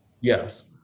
yes